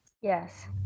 Yes